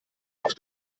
auf